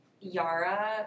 Yara